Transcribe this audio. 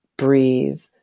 breathe